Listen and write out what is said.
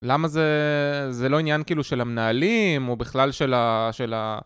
למה זה... זה לא עניין כאילו של המנהלים, או בכלל של ה... של ה...